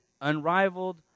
unrivaled